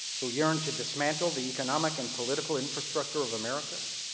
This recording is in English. who yearn to dismantle the economic and political infrastructure of america